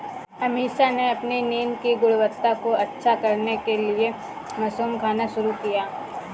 अमीषा ने अपनी नींद की गुणवत्ता को अच्छा करने के लिए मशरूम खाना शुरू किया